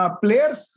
players